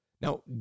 Now